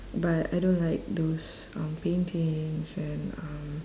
but I don't like those um paintings and um